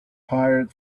pirate